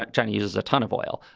like chinese a ton of oil.